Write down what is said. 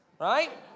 right